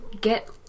get